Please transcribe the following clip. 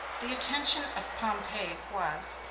the attention of pompey was,